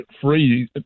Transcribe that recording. free